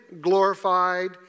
glorified